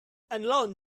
alone